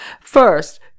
first